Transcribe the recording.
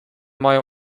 mają